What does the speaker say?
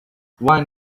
wine